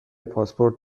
پاسپورت